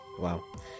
wow